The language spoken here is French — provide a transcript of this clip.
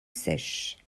sèche